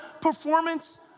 performance